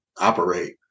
operate